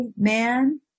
Man